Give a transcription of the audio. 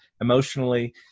emotionally